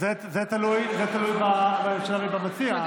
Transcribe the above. זה תלוי בממשלה ובמציע.